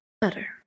Better